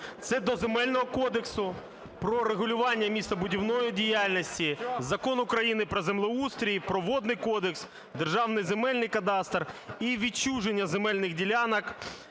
Це до Земельного кодексу про регулювання містобудівної діяльності, Закон України "Про землеустрій", про Водний кодекс, Державний земельний кадастр і відчуження земельних ділянок